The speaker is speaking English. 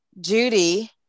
Judy